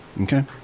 Okay